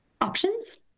Options